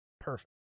Perfect